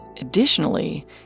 Additionally